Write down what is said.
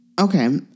Okay